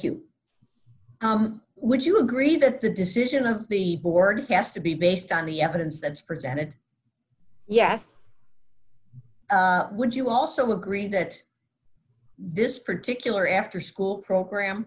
you would you agree that the decision of the board has to be based on the evidence that's presented yes would you also agree that this particular afterschool program